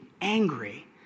angry